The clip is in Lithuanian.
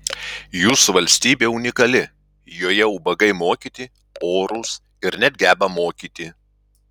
jūsų valstybė unikali joje ubagai mokyti orūs ir net geba mokyti